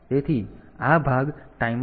તેથી આ ગેટ છે આ CT છે